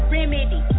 Remedy